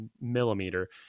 millimeter